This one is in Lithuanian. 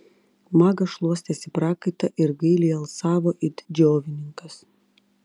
magas šluostėsi prakaitą ir gailiai alsavo it džiovininkas